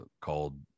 called